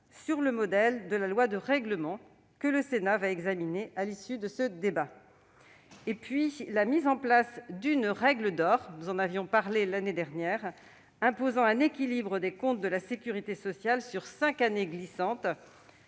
sur le modèle de la loi de règlement que le Sénat va examiner à l'issue de ce débat. Enfin, le texte met en place une « règle d'or »- nous en avions discuté l'année dernière -imposant un équilibre des comptes de la sécurité sociale sur cinq années glissantes,